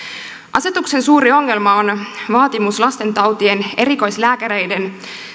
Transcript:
asetuksen suuri ongelma on vaatimus lastentautien erikoislääkäreiden